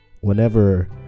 whenever